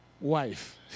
wife